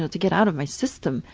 to get out of my system.